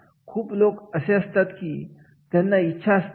खूप लोक असे असतात की त्यांना इच्छा असते